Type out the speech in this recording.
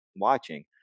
watching